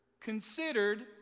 considered